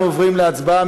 אנחנו עוברים להצבעה.